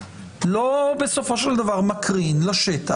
לא מקרין בסופו של דבר לשטח,